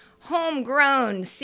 Homegrown –